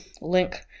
link